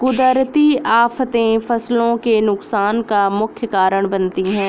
कुदरती आफतें फसलों के नुकसान का मुख्य कारण बनती है